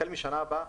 החל משנה הבאה,